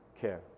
care